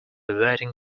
averting